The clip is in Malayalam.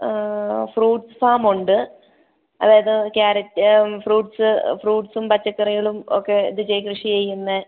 ഫ്രൂട്ട്സ് ഫാം ഉണ്ട് അതായത് കാരറ്റ് ഫ്രൂട്ട്സ് ഫ്രൂട്ട്സും പച്ചക്കറികളും ഒക്കെ ഇത് ചെ കൃഷി ചെയ്യുന്ന